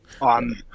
on